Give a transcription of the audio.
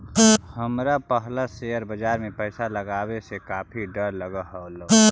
हमरा पहला शेयर बाजार में पैसा लगावे से काफी डर लगअ हलो